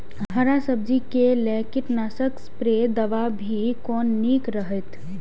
हरा सब्जी के लेल कीट नाशक स्प्रै दवा भी कोन नीक रहैत?